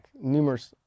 numerous